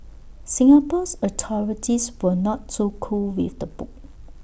Singapore's authorities were not too cool with the book